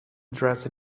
dressed